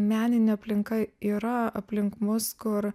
meninė aplinka yra aplink mus kur